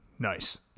Nice